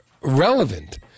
relevant